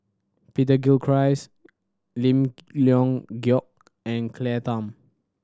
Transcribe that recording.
Peter Gilchrist Lim Leong Geok and Claire Tham